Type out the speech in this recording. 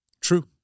True